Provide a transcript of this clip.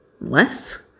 Less